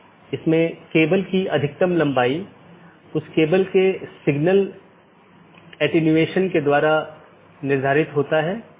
क्योंकि पूर्ण मेश की आवश्यकता अब उस विशेष AS के भीतर सीमित हो जाती है जहाँ AS प्रकार की चीज़ों या कॉन्फ़िगरेशन को बनाए रखा जाता है